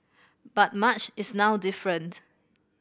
but much is now different